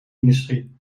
industrie